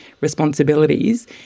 responsibilities